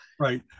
Right